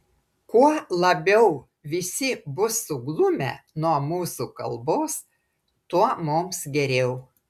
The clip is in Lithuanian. kuo labiau visi bus suglumę nuo mūsų kalbos tuo mums geriau